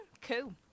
Cool